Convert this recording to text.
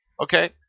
Okay